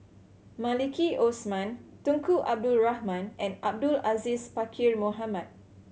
Maliki Osman Tunku Abdul Rahman and Abdul Aziz Pakkeer Mohamed